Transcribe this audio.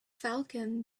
falcon